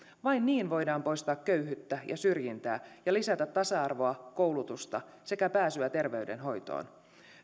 vain niin voidaan poistaa köyhyyttä ja syrjintää ja lisätä tasa arvoa koulutusta sekä pääsyä terveydenhoitoon